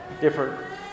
different